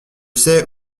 sais